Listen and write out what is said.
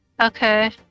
Okay